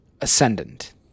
ascendant